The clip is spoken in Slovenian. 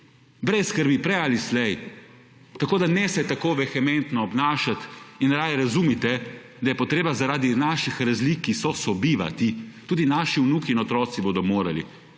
brez skrbi, prej ali slej, tako da ne se tako vehementno obnašati in raje razumite, da je potreba zaradi naših razlik, ki so, sobivati, tudi naši vnuki in otroci bodo morali.